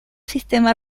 sistema